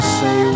say